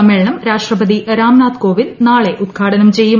സമ്മേളനം രാഷ്ട്രപതി രാംനാഥ് കോവിന്ദ് ഉദ്ഘാടനം ചെയ്യും